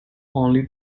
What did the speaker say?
only